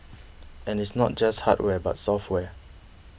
and it's not just hardware but software